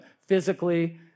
physically